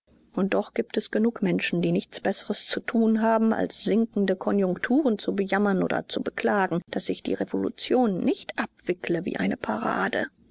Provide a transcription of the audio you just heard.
und doch gibt es genug menschen die nichts besseres zu tun haben als sinkende konjunkturen zu bejammern oder zu beklagen daß sich die revolution nicht abwickle wie eine parade